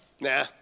nah